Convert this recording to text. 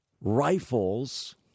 rifles